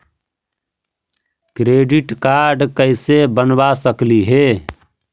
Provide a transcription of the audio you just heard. Credit card कैसे बनबा सकली हे?